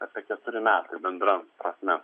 apie keturi metai bendra prasme